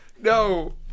No